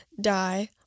die